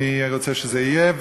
אני רוצה שזה יהיה,